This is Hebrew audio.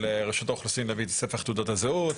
לרשות האוכלוסין להביא את ספח תעודת הזהות,